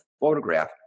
photograph